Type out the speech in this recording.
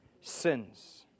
sins